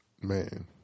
Man